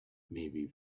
maybe